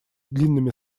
длинными